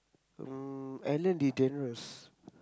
mm Ellen-DeGeneres